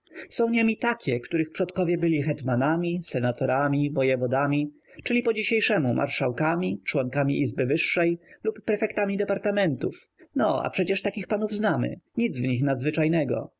są niemi takie których przodkowie byli hetmanami senatorami wojewodami czyli po dzisiejszemu marszałkami członkami izby wyższej lub prefektami departamentów no a przecie takich panów znamy nic w nich nadzwyczajnego